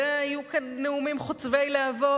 והיו כאן נאומים חוצבי להבות.